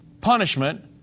punishment